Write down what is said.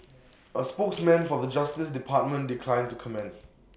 A spokesman for the justice department declined to comment